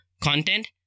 content